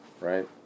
Right